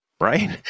Right